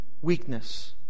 weakness